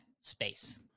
space